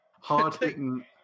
Hard-hitting